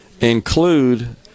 include